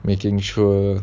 making sure